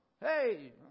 Hey